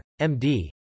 MD